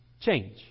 Change